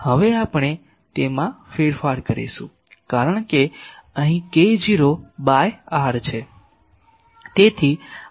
હવે આપણે તેમાં ફેરફાર કરીશું કારણ કે અહીં k0 બાય r છે